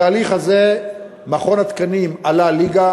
בתהליך הזה מכון התקנים עלה ליגה.